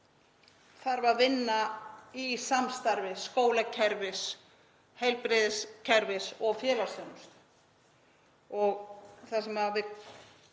þarf að vinna í samstarfi skólakerfis, heilbrigðiskerfis og félagsþjónustu.